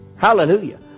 Hallelujah